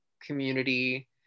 community